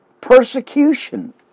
persecution